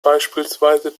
beispielsweise